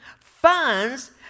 funds